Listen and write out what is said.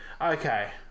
Okay